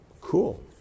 Cool